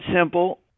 simple